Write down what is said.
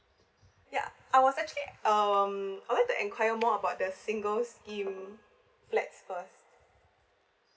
yeah I was actually um I would like to inquire more about the singles scheme flats first